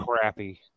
crappy